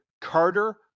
Carter